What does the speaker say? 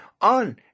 on